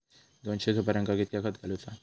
दोनशे सुपार्यांका कितक्या खत घालूचा?